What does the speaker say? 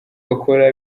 bakora